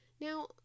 now